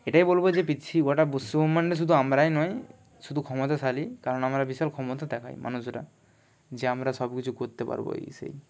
এটাই বলবো যে পিচ্ছি গোটা বিশ্ব ব্রহ্মান্ডে শুধু আমরাই নই শুধু ক্ষমতাশালী কারণ আমরা বিশাল ক্ষমতা দেখাই মানুষরা যে আমরা সব কিছু করতে পারবো এই সেই